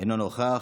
אינו נוכח.